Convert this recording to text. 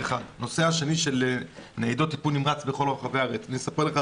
לגבי ניידות טיפול נמרץ בכל רחבי הארץ אספר לך,